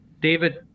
David